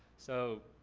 so,